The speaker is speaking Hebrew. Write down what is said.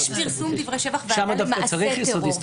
יש פרסום דברי שבח והגעה למעשי טרור.